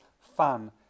fan